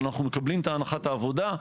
אבל אנחנו מקבלים את הנחת העבודה.